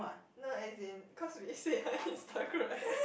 no as in cause we see her Instagram